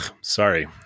Sorry